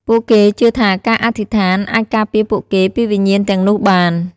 ពួកគេជឿថាការអធិស្ឋានអាចការពារពួកគេពីវិញ្ញាណទាំងនោះបាន។